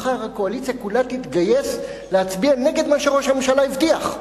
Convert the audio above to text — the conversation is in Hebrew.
מחר הקואליציה כולה תתגייס להצביע נגד מה שראש הממשלה הבטיח,